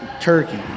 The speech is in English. turkey